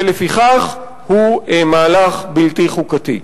ולפיכך הוא מהלך בלתי חוקתי.